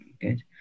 good